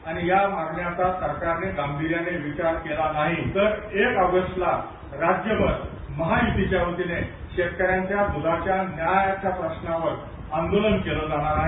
आणि या मागण्यांचा सरकारने गांभीर्याने विचार केला नाही तर एक ऑगस्टला राज्यभर शेतकऱ्यांच्या दधाच्या न्यायाच्या प्रश्नावर आंदोलन केलं जाणार आहे